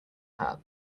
hat